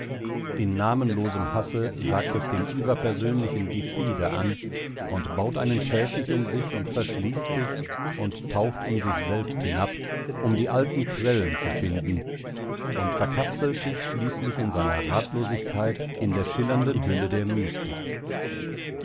in namenlosem hasse sagt es dem überpersönlichen die fehde an und baut einen käfig um sich und verschließt sich und taucht in sich selbst hinab um die alten quellen zu finden und verkapselt sich schließlich in seiner ratlosigkeit in der schillernden hülle der mystik